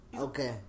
okay